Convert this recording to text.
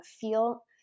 feel